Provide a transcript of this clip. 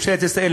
ממשלת ישראל,